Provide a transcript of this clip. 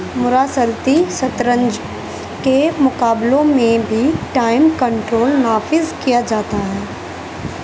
مراسلتی شطرنج کے مقابلوں میں بھی ٹائم کنٹرول نافذ کیا جاتا ہے